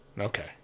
Okay